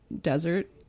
desert